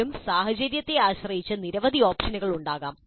വീണ്ടും സാഹചര്യത്തെ ആശ്രയിച്ച് നിരവധി ഓപ്ഷനുകൾ ഉണ്ടാകാം